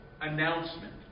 announcement